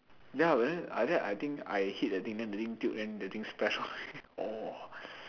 then I think I hit the thing then the thing tilt then the thing splash on me orh